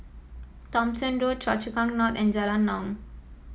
Thomson Road Choa Chu Kang North and Jalan Naung